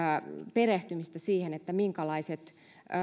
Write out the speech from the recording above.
perehtymistä siihen minkälaiset